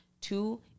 two